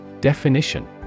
Definition